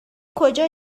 کجا